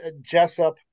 Jessup